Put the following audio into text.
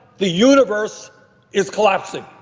the universe is collapsing.